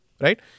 Right